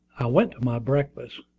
i went to my breakfast,